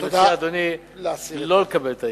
אני מציע, אדוני, לא לקבל את האי-אמון.